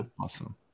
Awesome